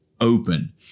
open